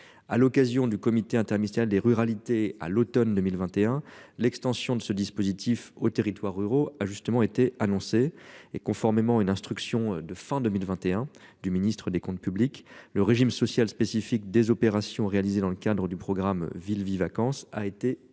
à l'occasion du comité interministériel des ruralités à l'Automne 2021. L'extension de ce dispositif aux territoires ruraux a justement été annoncé et conformément à une instruction de fin 2021 du ministre des Comptes publics. Le régime social spécifique des opérations réalisées dans le cadre du programme Ville-Vie-Vacances a été autre